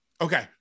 Okay